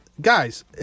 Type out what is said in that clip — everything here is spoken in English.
Guys